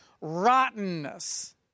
rottenness